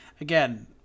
Again